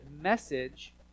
message